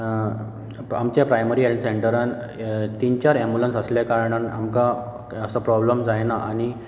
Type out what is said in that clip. आमच्या primary health सॅंटरान तीन चार एम्बुलंस आसल्या कारणान आमकां असो प्रोब्लम जायना आनी